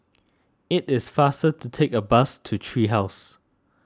it is faster to take the bus to Tree House